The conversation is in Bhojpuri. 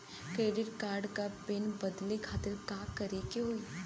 डेबिट कार्ड क पिन बदले खातिर का करेके होई?